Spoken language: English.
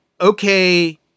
okay